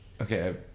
okay